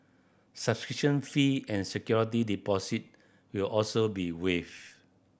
subscription fee and security deposit will also be waived